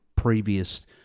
previous